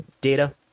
data